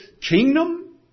kingdom